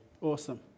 Awesome